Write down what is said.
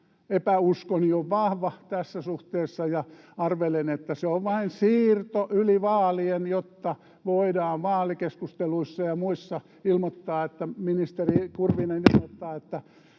epäuskoni on vahva tässä suhteessa, ja arvelen, että se on vain siirto yli vaalien, jotta vaalikeskusteluissa ja muissa ministeri Kurvinen voi ilmoittaa, että